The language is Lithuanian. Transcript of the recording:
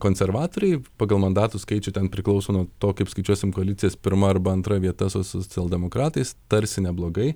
konservatoriai pagal mandatų skaičių ten priklauso nuo to kaip skaičiuosim koalicijas pirma arba antra vieta su socialdemokratais tarsi neblogai